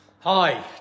Hi